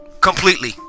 Completely